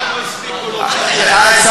טוב,